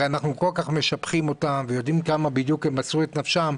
הרי אנחנו כל כך משבחים אותם ויודעים כמה הם מסרו את נפשם.